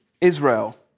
Israel